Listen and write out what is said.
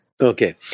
Okay